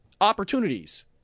opportunities